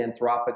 anthropic